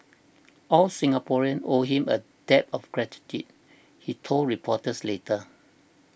all Singaporeans owe him a debt of gratitude he told reporters later